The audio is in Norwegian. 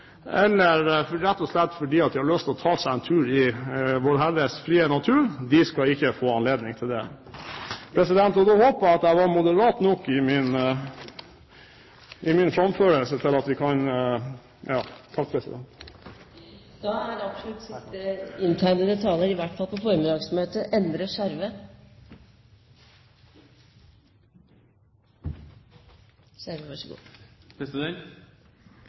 rett og slett fordi de har lyst til å ta seg en tur i Vårherres frie natur, ikke skal få anledning til det. Da håper jeg at jeg var moderat nok i min framførelse. Takk, president! Da er det absolutt siste inntegnede taler, i hvert fall på formiddagsmøtet,